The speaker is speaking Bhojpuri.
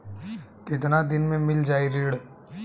कितना दिन में मील जाई ऋण?